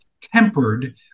tempered